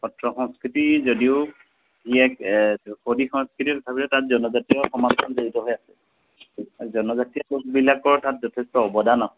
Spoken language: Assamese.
সত্ৰ সংস্কৃতি যদিও ই এক সংস্কৃতিৰ তথাপিও তাত জনজাতীয় সমাজখন জড়িত হৈ আছে জনজাতীয় লোকবিলাকৰ তাত যথেষ্ট অৱদান